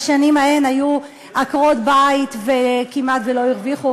בשנים ההן היו עקרות-בית וכמעט שלא הרוויחו,